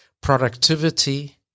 Productivity